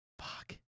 Fuck